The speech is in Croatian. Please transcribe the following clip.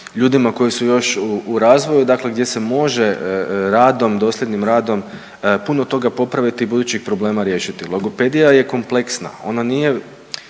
ljudima koji su još u razvoju, dakle gdje se može radom, dosljednim radom puno toga popraviti i budućih problema riješiti. Logopedija je kompleksna, ona nije,